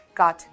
got